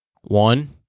One